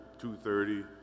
2.30